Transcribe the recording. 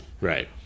Right